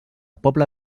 pobla